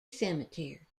cemetery